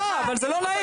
לא, אבל זה לא נעים.